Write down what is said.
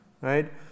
Right